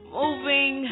moving